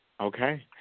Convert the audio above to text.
Okay